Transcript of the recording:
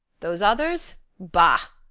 those others? bah!